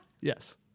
Yes